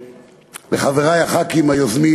לחברי הח"כים היוזמים,